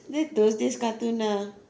that those days cartoon ah